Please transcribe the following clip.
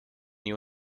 you